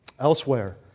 Elsewhere